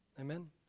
Amen